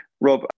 Rob